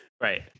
Right